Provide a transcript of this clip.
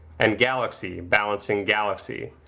and galaxy balancing galaxy,